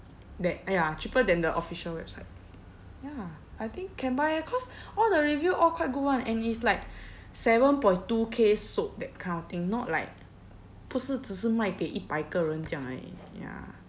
that ah ya cheaper than the official website ya I think can buy eh cause all the review all quite good [one] and it's like seven point two K sold that kind of thing not like 不是只是卖给一百个人这样而已 ya